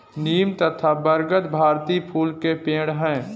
नीम तथा बरगद भारतीय मूल के पेड है